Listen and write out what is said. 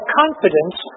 confidence